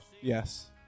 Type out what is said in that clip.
yes